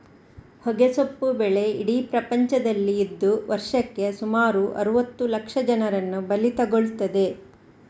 ಹೊಗೆಸೊಪ್ಪು ಬೆಳೆ ಇಡೀ ಪ್ರಪಂಚದಲ್ಲಿ ಇದ್ದು ವರ್ಷಕ್ಕೆ ಸುಮಾರು ಅರುವತ್ತು ಲಕ್ಷ ಜನರನ್ನ ಬಲಿ ತಗೊಳ್ತದೆ